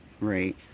right